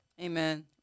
Amen